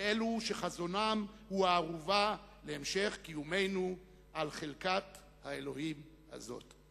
לאלו שחזונם הוא הערובה להמשך קיומנו על חלקת האלוהים הזאת.